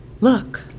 Look